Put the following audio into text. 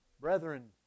Brethren